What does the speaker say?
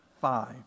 five